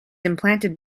implanted